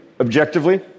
objectively